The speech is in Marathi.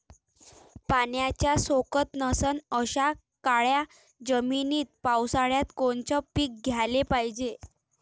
पाण्याचा सोकत नसन अशा काळ्या जमिनीत पावसाळ्यात कोनचं पीक घ्याले पायजे?